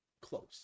close